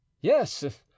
yes